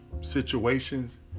situations